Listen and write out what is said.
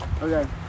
Okay